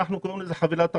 אנחנו קוראים לזה חבילת הרתעה,